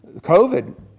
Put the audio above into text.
COVID